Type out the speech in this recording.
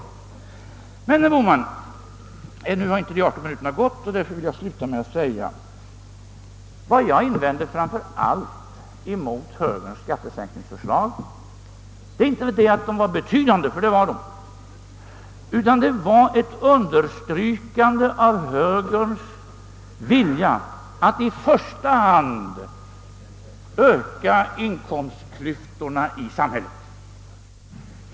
Även om de 18 minuterna inte har gått, herr Bohman, vill jag sluta med att säga att vad jag framför allt invände emot högerns skattesänkningar inte var att dessa var betydande, ty det var de, utan invändningen gällde högerns vilja att i första hand öka inkomstklyftorna i samhället.